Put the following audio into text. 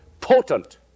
potent